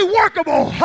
workable